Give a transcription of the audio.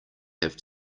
have